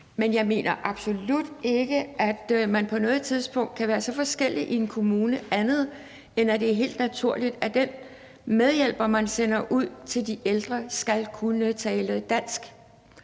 men jeg mener absolut ikke, at man på noget tidspunkt kan være så forskellig i kommunerne, at det ikke er helt naturligt, at den medhjælper, man sender ud til de ældre, skal kunne tale dansk.